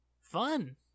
Fun